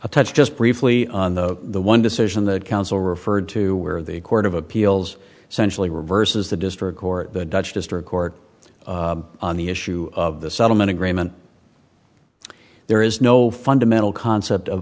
touch just briefly on the the one decision the council referred to where the court of appeals centrally reverses the district court judge district court on the issue of the settlement agreement there is no fundamental concept of